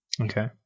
Okay